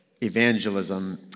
evangelism